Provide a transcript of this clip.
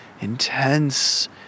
intense